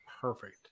perfect